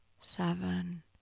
seven